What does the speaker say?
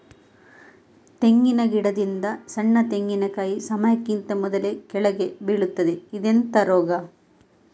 ತೆಂಗಿನ ಗಿಡದಿಂದ ಸಣ್ಣ ತೆಂಗಿನಕಾಯಿ ಸಮಯಕ್ಕಿಂತ ಮೊದಲೇ ಕೆಳಗೆ ಬೀಳುತ್ತದೆ ಇದೆಂತ ರೋಗ?